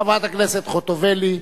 חברת הכנסת ציפי חוטובלי.